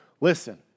Listen